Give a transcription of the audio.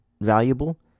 valuable